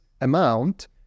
amount